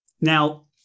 Now